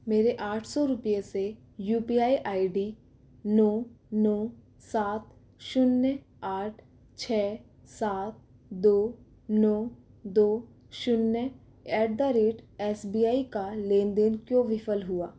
मेरे आठ सौ रुपये से U P I I D नौ नौ सात शून्य आठ छः सात दो नौ दो शून्य at the rate S B I का लेनदेन क्यों विफल हुआ